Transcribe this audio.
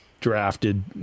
drafted